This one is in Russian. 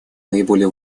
наиболее